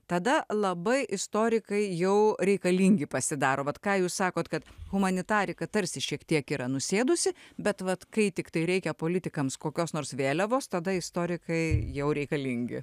tada labai istorikai jau reikalingi pasidaro vat ką jūs sakot kad humanitarika tarsi šiek tiek yra nusėdusi bet vat kai tiktai reikia politikams kokios nors vėliavos tada istorikai jau reikalingi